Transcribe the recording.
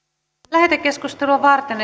lähetekeskustelua varten